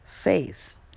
face